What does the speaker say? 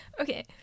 Okay